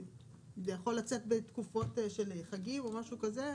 זה יכול לצאת בתקופות של חגים או משהו כזה.